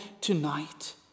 tonight